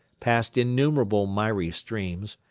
passed innumerable miry streams,